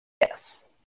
Yes